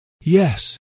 Yes